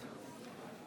(קורא בשמות חברי הכנסת)